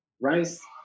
rice